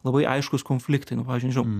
labai aiškūs konfliktai nu pavyzdžiui nežinau